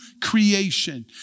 creation